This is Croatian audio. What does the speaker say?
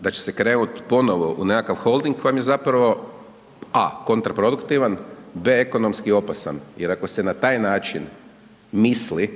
da će se krenut ponovo u nekakav holding vam je zapravo a)kontraproduktivan, b)ekonomski opasan, jer ako se na taj način misli,